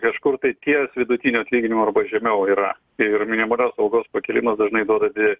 kažkur tai ties vidutiniu atlyginimu arba žemiau yra ir minimalios algos pakėlimas dažnai duoda didesnį